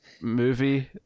movie